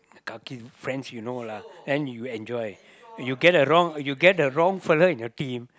kaki friends you know lah then you enjoy lah when you get the wrong fella in your team